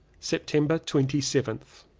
september twenty seventh.